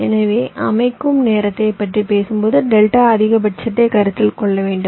எனவே அமைக்கும் நேரத்தைப் பற்றி பேசும்போது டெல்டா அதிகபட்சத்தை கருத்தில் கொள்ள வேண்டும்